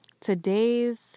Today's